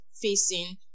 facing